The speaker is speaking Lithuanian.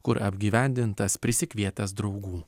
kur apgyvendintas prisikvietęs draugų